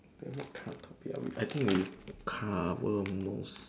then what kind of topic ah we I think we cover most